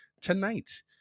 tonight